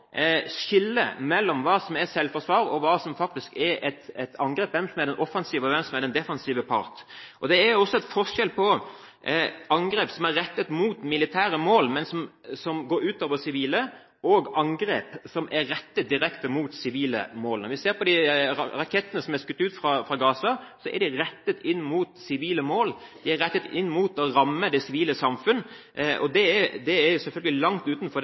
som har vært – at man må skille mellom hva som er selvforsvar, og hvem som faktisk er den offensive og den defensive part. Det er også forskjell på angrep som er rettet mot militære mål, men som går ut over sivile, og angrep som er rettet direkte mot sivile mål. Når vi ser de rakettene som er skutt ut fra Gaza, er de rettet inn mot sivile mål, de er rettet inn mot å ramme det sivile samfunn. Det er en offensiv krig som selvfølgelig ligger langt utenfor